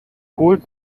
holt